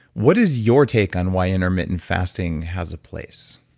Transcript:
what is your take on why intermittent fasting has a place?